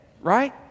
right